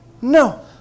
No